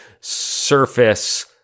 surface